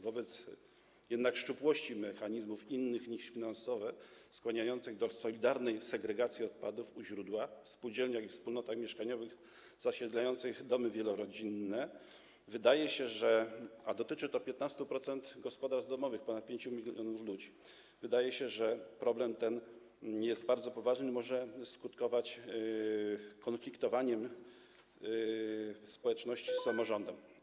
Wobec szczupłości mechanizmów innych niż finansowe skłaniających do solidarnej segregacji odpadów u źródła, w spółdzielniach i wspólnotach mieszkaniowych zasiedlających domy wielorodzinne, a dotyczy to 15% gospodarstw domowych, ponad 5 mln ludzi, wydaje się, że problem ten jest bardzo poważny, co może skutkować konfliktowaniem społeczności z samorządem.